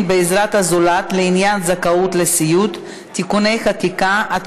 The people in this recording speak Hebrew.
בעזרת הזולת לעניין זכאות לסיעוד (תיקוני חקיקה),